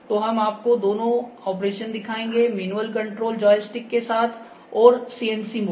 तो हम आपको दोनों ऑपरेशन दिखाएंगे मैनुअल कंट्रोल जॉयस्टिक के साथ और CNC मोड